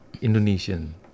Indonesian